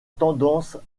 tendance